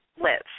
live